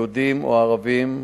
יהודים או ערבים.